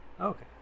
Okay